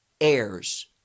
heirs